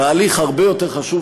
תהליך הרבה יותר חשוב,